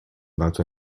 lato